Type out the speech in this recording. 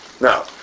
No